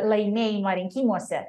laimėjimą rinkimuose